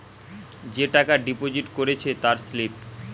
যে টাকা ডিপোজিট করেছে তার স্লিপ